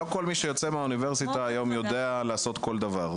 לא כל מי שיוצא מהאוניברסיטה יודע לעשות כל דבר.